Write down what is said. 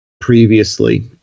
previously